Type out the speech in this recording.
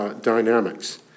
dynamics